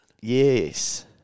yes